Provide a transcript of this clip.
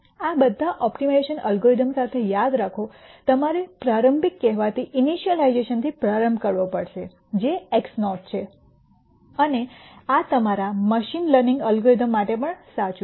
આ બધા optimization algorithms સાથે યાદ રાખો તમારે પ્રારંભિક કહેવાતી ઇનિશલાઇઝેશન થી પ્રારંભ કરવો પડશે જે x નૉટ છે અને આ તમારા મશીન લર્નિંગ એલ્ગોરિધમ્સ માટે પણ સાચું છે